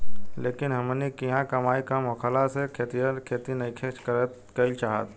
लेकिन हमनी किहाँ कमाई कम होखला से खेतिहर खेती नइखे कईल चाहत